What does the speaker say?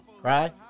Cry